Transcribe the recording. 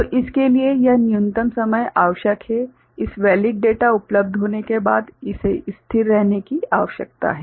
तो इसके लिए यह न्यूनतम समय आवश्यक है इस वेलिड डेटा उपलब्ध होने के बाद इसे स्थिर रहने की आवश्यकता है